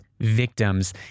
victims